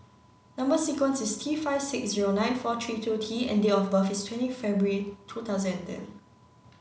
number sequence is T five six zero nine four three two T and date of birth is twenty February two thousand and ten